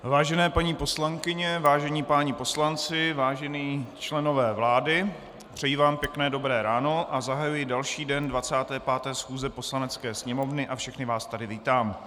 Vážené paní poslankyně, vážení páni poslanci, vážení členové vlády, přeji vám pěkné dobré ráno a zahajuji další den 25. schůze Poslanecké sněmovny a všechny vás tady vítám.